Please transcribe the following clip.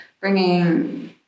bringing